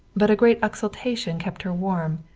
but a great exultation kept her warm.